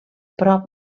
prop